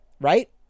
right